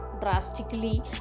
drastically